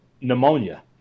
pneumonia